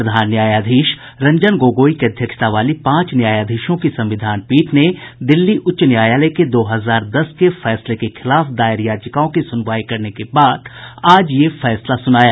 प्रधान न्यायाधीश रंजन गोगोई की अध्यक्षता वाली पांच न्यायाधीशों की संविधान पीठ ने दिल्ली उच्च न्यायालय के दो हजार दस के फैसले के खिलाफ दायर याचिका की सुनवाई करने के बाद आज ये फैसला सुनाया